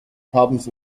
problems